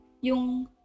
yung